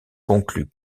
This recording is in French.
conclut